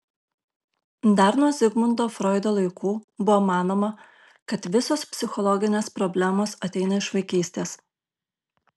dar nuo zigmundo froido laikų buvo manoma kad visos psichologinės problemos ateina iš vaikystės